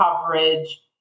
coverage